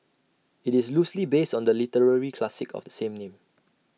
IT is loosely based on the literary classic of the same name